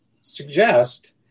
suggest